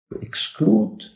exclude